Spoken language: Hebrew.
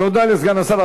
תודה לסגן השר.